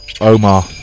Omar